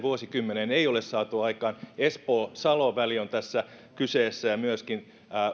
vuosikymmeneen ei ole saatu aikaan espoo salo väli on tässä kyseessä ja myöskin